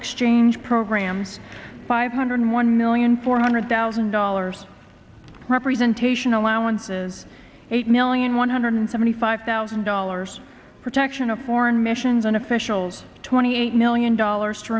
exchange programs five hundred one million four hundred thousand dollars representation allowances eight million one hundred seventy five thousand dollars protection of foreign missions and officials twenty eight million dollars to